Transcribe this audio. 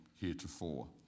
heretofore